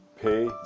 Pay